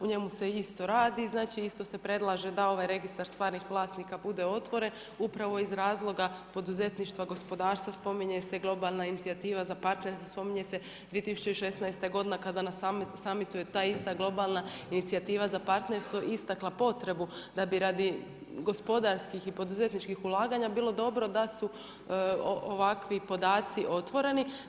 U njemu se isto radi, znači isto se predlaže da ovaj registar stvarnih vlasnika bude otvoren upravo iz razloga poduzetništva, gospodarstva, spominje se globalna inicijativa za partnerstvo, spominje se 2016. godina kada na summitu je ta ista globalna inicijativa za partnerstvo istakla potrebu da bi radi gospodarskih i poduzetničkih ulaganja bilo dobro da su ovakvi podaci otvoreni.